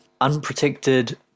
unprotected